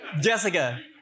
Jessica